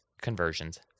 conversions